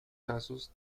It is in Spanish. casos